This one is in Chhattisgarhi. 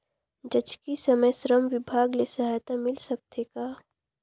जचकी समय श्रम विभाग ले सहायता मिल सकथे का?